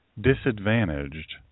disadvantaged